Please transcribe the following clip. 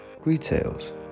Retails